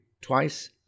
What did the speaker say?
twice